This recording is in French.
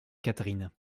catherine